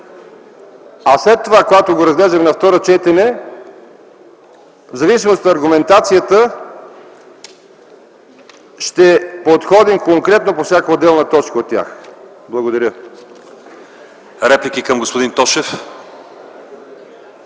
След това, когато го разглеждаме на второ четене, в зависимост от аргументацията ще подходим конкретно по всяка отделна точка от тях. Благодаря.